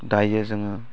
दायो जोङो